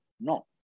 No